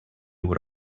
what